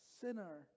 sinner